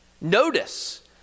Notice